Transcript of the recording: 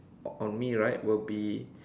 on me right will be